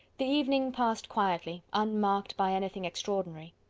the evening passed quietly, unmarked by anything extraordinary.